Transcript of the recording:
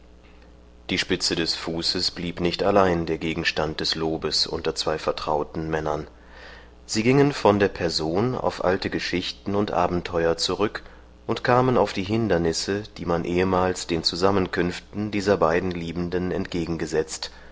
die spitze des fußes blieb nicht allein der gegenstand des lobes unter zwei vertrauten männern sie gingen von der person auf alte geschichten und abenteuer zurück und kamen auf die hindernisse die man ehemals den zusammenkünften dieser beiden liebenden